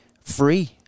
free